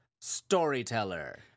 storyteller